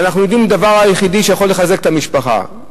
אנחנו יודעים שהדבר היחיד שיכול לחזק את המשפחה,